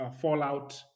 fallout